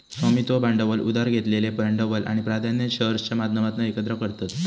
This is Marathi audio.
स्वामित्व भांडवल उधार घेतलेलं भांडवल आणि प्राधान्य शेअर्सच्या माध्यमातना एकत्र करतत